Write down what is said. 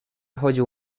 chodził